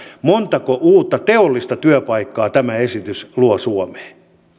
montako uutta teollista työpaikkaa tämä esitys luo suomeen